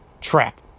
trap